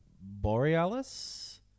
borealis